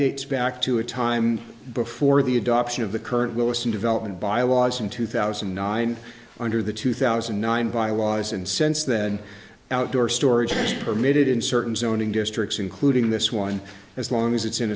dates back to a time before the adoption of the current wilson development bylaws in two thousand and nine under the two thousand and nine bylaws and since then outdoor storage is permitted in certain zoning districts including this one as long as it's in